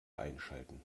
einschalten